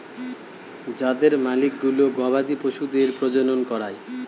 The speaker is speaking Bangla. তাদের মালিকগুলো গবাদি পশুদের প্রজনন করায়